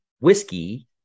whiskey